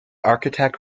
architect